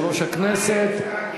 יושב-ראש הכנסת,